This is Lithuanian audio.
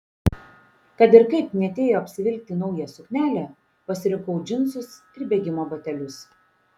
kad ir kaip knietėjo apsivilkti naują suknelę pasirinkau džinsus ir bėgimo batelius